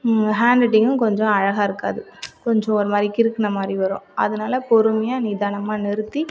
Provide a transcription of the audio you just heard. hunt ரைட்டிங்கும் கொஞ்சம் அழகாக இருக்காது கொஞ்சம் ஒரு மாதிரி கிறுக்குன மாதிரி வரும் அதனால பொறுமையாக நிதானமாக நிறுத்தி